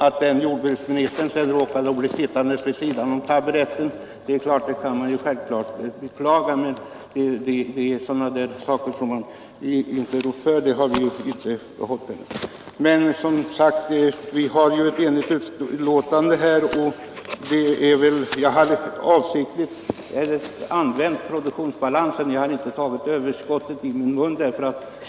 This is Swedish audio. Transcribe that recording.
Att jordbruksministern där sedan råkade bli sittande vid sidan om taburetten kan man självklart beklaga, men det är sådana saker som man inte rår för. Jag använde avsiktligt ordet produktionsbalans och tog inte ordet överskott i min mun.